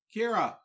Kira